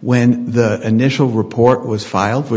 when the initial report was filed which